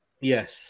Yes